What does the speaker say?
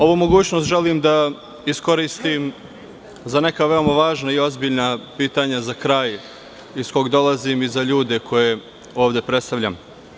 Ovu mogućnost želim da iskoristim za neka veoma važna i ozbiljna pitanja za kraj iz kog dolazim i za ljude koje ovde predstavljam.